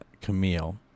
Camille